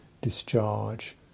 discharge